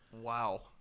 Wow